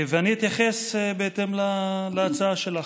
אני אתייחס בהתאם להצעה שלך.